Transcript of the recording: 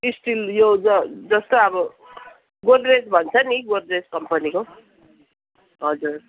still यो ज जस्तै अब गोद्रेज भन्छ नि गोद्रेज कम्पनीको हजुर